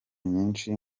nyishi